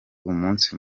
umunsi